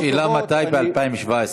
השאלה היא מתי ב-2017.